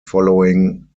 following